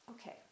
Okay